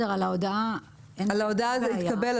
על ההודעה זה התקבל.